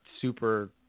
super